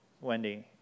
Wendy